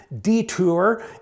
detour